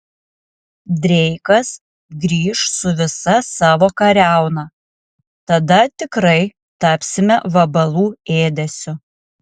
dreikas grįš su visa savo kariauna tada tikrai tapsime vabalų ėdesiu